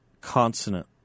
consonant